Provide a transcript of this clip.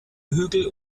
hügel